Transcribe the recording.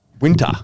Winter